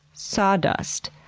sawdust,